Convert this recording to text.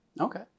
Okay